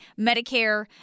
Medicare